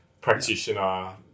practitioner